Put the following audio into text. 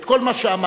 את כל מה שאמרת,